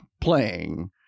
playing